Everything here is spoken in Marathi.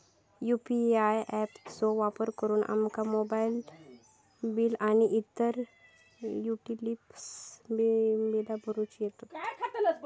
यू.पी.आय ऍप चो वापर करुन आमका मोबाईल बिल आणि इतर युटिलिटी बिला भरुचा येता